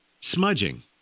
smudging